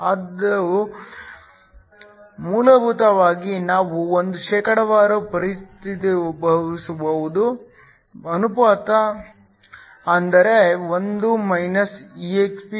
ಇದು ಮೂಲಭೂತವಾಗಿ ನಾವು ಒಂದು ಶೇಕಡಾವಾರು ಪರಿವರ್ತಿಸಬಹುದಾದ ಅನುಪಾತ ಅಂದರೆ 1 exp μ